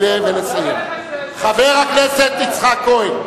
חבר הכנסת יצחק כהן.